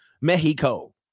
Mexico